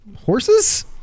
horses